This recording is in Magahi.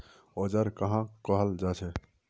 औजार कहाँ का हाल जांचें?